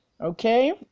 Okay